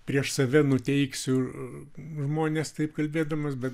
prieš save nuteiksiu žmones taip kalbėdamas bet